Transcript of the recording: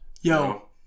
Yo